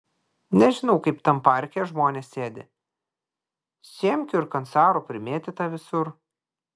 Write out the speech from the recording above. nežinau kaip tam parke žmonės sėdi siemkių ir kancarų primėtyta visur